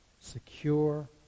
secure